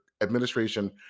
administration